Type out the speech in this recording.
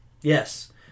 Yes